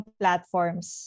platforms